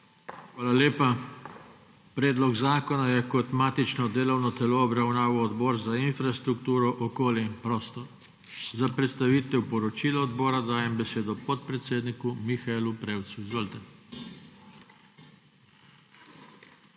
Hvala lepa. Predlog zakona je kot matično delovno telo obravnaval Odbor za infrastrukturo, okolje in prostor. Za predstavitev poročila odbora dajem besedo podpredsedniku, Mihaelu Prevcu. Izvolite.